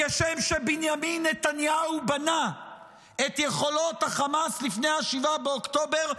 כשם שבנימין נתניהו בנה את יכולות החמאס לפני 7 באוקטובר,